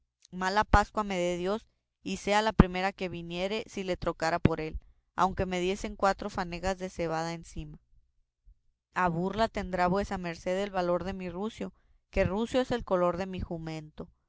mala pascua me dé dios y sea la primera que viniere si le trocara por él aunque me diesen cuatro fanegas de cebada encima a burla tendrá vuesa merced el valor de mi rucio que rucio es el color de mi jumento